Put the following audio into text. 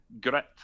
grit